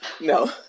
no